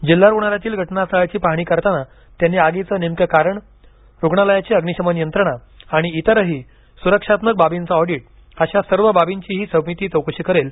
जिल्हा रुग्णालयातील घटनास्थळाची पाहणी करताना त्यांनी आगीचे नेमके कारण रुग्णालयाचे फायर एक्स्टीग्विश आणि इतरही सुरक्षात्मक बाबींचे ऑडिट अशा सर्व बाबींची ही समिती चौकशी करेल